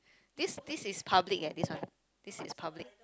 this this is public aye this one this is public